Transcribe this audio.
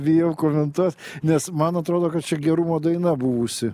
bijau komentuot nes man atrodo kad čia gerumo daina buvusi